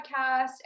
podcast